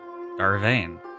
Darvain